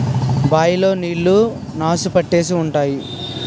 bye లో నీళ్లు నాసు పట్టేసి ఉంటాయి